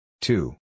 Two